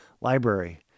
library